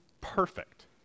perfect